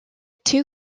two